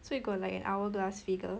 so you got like an hourglass figure